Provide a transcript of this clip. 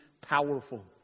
powerful